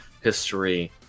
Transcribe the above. history